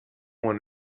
one